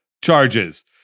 charges